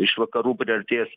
iš vakarų priartės